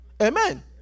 Amen